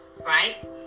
Right